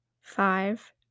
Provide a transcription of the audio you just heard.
five